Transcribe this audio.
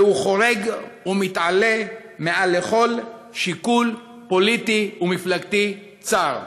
והוא חורג ומתעלה מעל לכל שיקול פוליטי ומפלגתי צר.